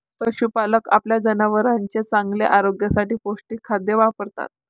पशुपालक आपल्या जनावरांच्या चांगल्या आरोग्यासाठी पौष्टिक खाद्य वापरतात